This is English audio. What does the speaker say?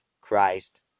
Christ